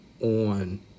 on